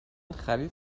خرید